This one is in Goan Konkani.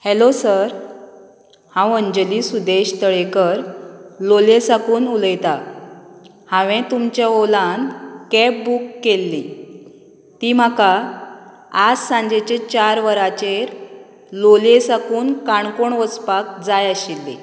हॅलो सर हांव अंजली सुदेश तळेकर लोलयें साकून उलयता हांवें तुमचे ओलान कॅब बूक केल्ली ती म्हाका आज सांजेच्या चार वरांचेर लोलयें साकून काणकोण वचपाक जाय आशिल्ली